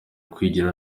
ukwigira